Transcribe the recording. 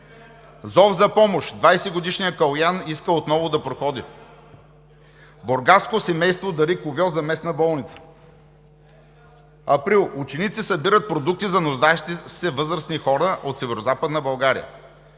„Зов за помощ – 20 годишният Калоян иска отново да проходи“; „Бургаско семейство дари кувьоз за местна болница“; април: „Ученици събират продукти за нуждаещи се възрастни хора от Северозападна България“;.